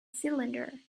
cylinder